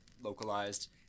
localized